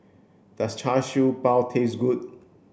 does Char Siew Bao taste good